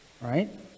Right